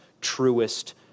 truest